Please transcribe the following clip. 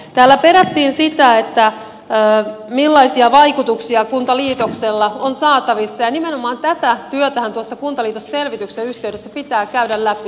täällä perättiin sitä millaisia vaikutuksia kuntaliitoksella on saatavissa ja nimenomaan tätä työtähän tuossa kuntaliitosselvityksen yhteydessä pitää käydä läpi